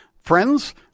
Friends